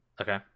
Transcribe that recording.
okay